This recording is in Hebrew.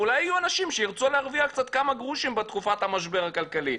אולי יהיו אנשים שירצו להרוויח כמה גרושים בתקופת המשבר הכלכלי,